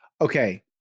Okay